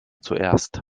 zuerst